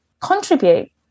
contribute